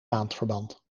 maandverband